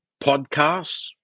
podcasts